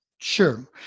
Sure